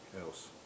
else